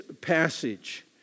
passage